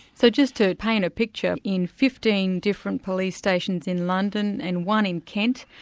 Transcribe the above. so just to paint a picture, in fifteen different police stations in london and one in kent,